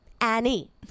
Annie